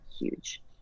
huge